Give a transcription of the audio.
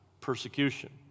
persecution